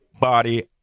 body